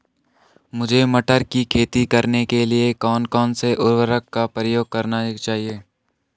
मुझे मटर की खेती करने के लिए कौन कौन से उर्वरक का प्रयोग करने चाहिए?